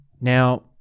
Now